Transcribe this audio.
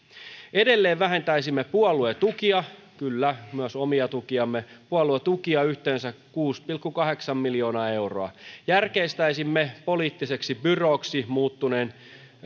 edelleen vähentäisimme puoluetukia kyllä myös omia tukiamme yhteensä kuusi pilkku kahdeksan miljoonaa euroa järkeistäisimme poliittiseksi byrooksi muuttuneen